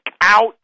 out